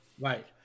Right